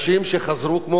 כמו בימים האלה,